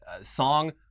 song